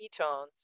ketones